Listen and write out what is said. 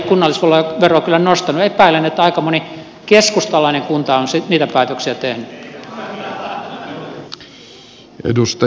hallitus ei ole kunnallisveroa kyllä nostanut epäilen että aika moni keskustalainen kunta on niitä päätöksiä tehnyt